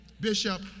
Bishop